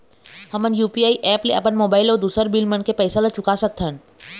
हमन UPI app ले अपन मोबाइल अऊ दूसर बिल मन के पैसा ला चुका सकथन